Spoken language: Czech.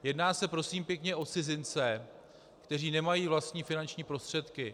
Jedná se, prosím pěkně, o cizince, kteří nemají vlastní finanční prostředky.